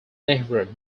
nehru